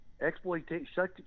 exploitation